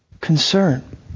concern